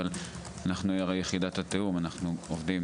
אבל הרי אנחנו יחידת התיאום ואנחנו עובדים